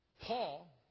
Paul